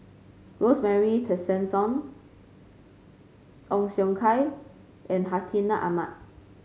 Rosemary Tessensohn Ong Siong Kai and Hartinah Ahmad